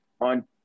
on